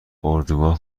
اردوگاه